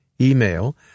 email